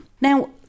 Now